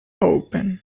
open